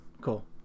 Cool